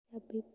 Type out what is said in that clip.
Punjabi